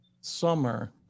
Summer